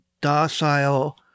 docile